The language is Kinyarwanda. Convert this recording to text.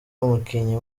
umukinnyi